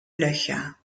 löcher